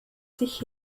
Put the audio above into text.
sich